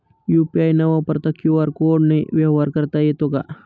UPI न वापरता QR कोडने व्यवहार करता येतो का?